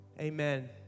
Amen